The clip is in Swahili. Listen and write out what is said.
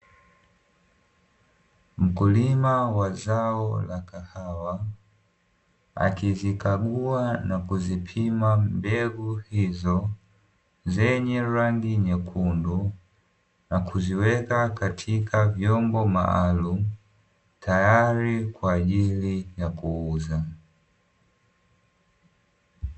Mkulima wa zao la kahawa, akizikagua na kuzipima mbegu hizo, zenye rangi nyekundu, na kuziweka katika vyombo maalum, tayari kwa ajili ya kuuza.